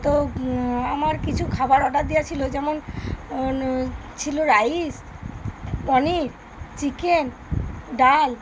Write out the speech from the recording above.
তো আমার কিছু খাবার অর্ডার দেওয়া ছিল যেমন ছিল রাইস পনির চিকেন ডাল